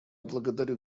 благодарю